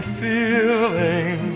feeling